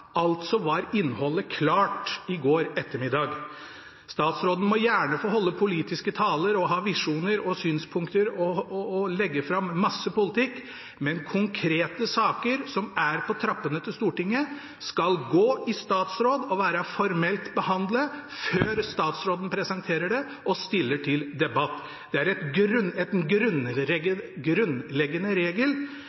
altså klart i går ettermiddag. Statsråden må gjerne få holde politiske taler, ha visjoner og synspunkter og legge fram masse politikk, men konkrete saker til Stortinget som er på trappene, skal gå i statsråd og være formelt behandlet før statsråden presenterer det og stiller til debatt. Det er en grunnleggende regel